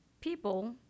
people